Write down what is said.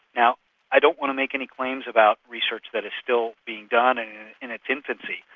now i don't want to make any claims about research that is still being done and in its infancy,